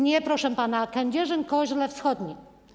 Nie, proszę pana, Kędzierzyn-Koźle wschodni.